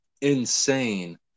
insane